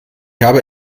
habe